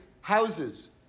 houses